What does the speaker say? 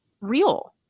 real